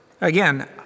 Again